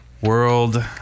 world